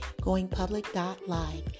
goingpublic.live